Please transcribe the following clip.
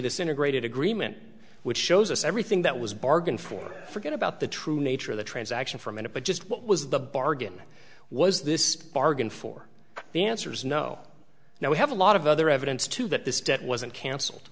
this integrated agreement which shows us everything that was bargained for forget about the true nature of the transaction for a minute but just what was the bargain was this bargain for the answer is no now we have a lot of other evidence to that this debt wasn't cancelled